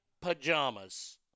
pajamas